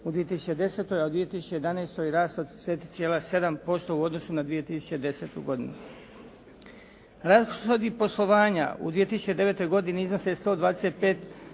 u 2010., a u 2011. rast od 4,7% u odnosu na 2010. godinu. Rashodi poslovanja u 2009. godini iznose 125,3